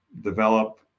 develop